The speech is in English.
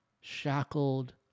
shackled